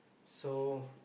so